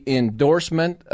endorsement